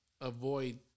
avoid